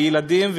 וילדים,